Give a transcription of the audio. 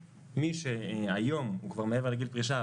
מי שהיום הוא כבר מעבר לגיל פרישה,